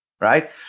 Right